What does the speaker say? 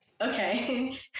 Okay